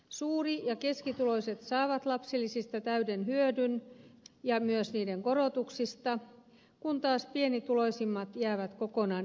suuri ja keskituloiset saavat lapsilisistä täyden hyödyn ja myös niiden korotuksista kun taas pienituloisimmat jäävät kokonaan ilman